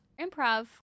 improv